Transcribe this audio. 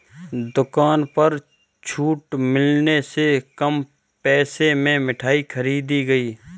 दुकान पर छूट मिलने से कम पैसे में मिठाई खरीदी गई